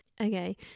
Okay